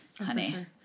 honey